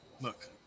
Look